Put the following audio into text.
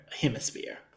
hemisphere